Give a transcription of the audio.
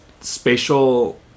spatial